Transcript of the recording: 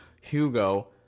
Hugo